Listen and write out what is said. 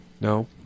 No